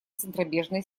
центробежной